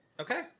okay